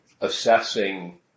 assessing